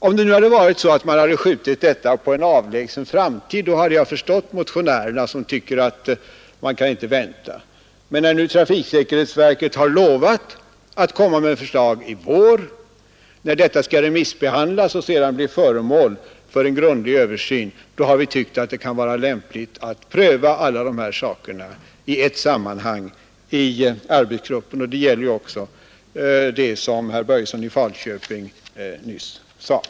Om det nu hade varit så att man uppskjutit detta till en avlägsen framtid hade jag förstått motionärerna, som tycker att man inte kan vänta. Men när nu trafiksäkerhetsverket lovat att komma med förslag i vår och detta förslag sedan skall remissbehandlas och sedan bli föremål för en grundlig översyn, har vi tyckt att det kan vara lämpligt att arbetsgruppen får pröva allt detta i ett sammanhang, och det gäller också det som herr Börjesson i Falköping nyss sade.